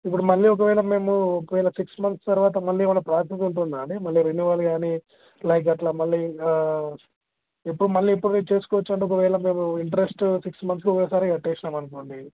ఇప్పుడు మళ్ళీ ఒకవేళ మేము ఒకవేళ సిక్స్ మంత్స్ తరువాత మళ్ళీ ఏమన్న ప్రాసెస్ ఉంటుందా అండి మళ్ళీ రెన్యువల్ కానీ లైక్ అట్ల మళ్ళీ ఇంకా ఎప్పుడు మళ్ళీ ఎప్పుడు వైట్ చేసుకోవచ్చండి ఒకవేళ మేము ఇంట్రస్ట్ సిక్స్ మంత్స్ ఒకేసారి కట్టిన్నాం అనుకోండి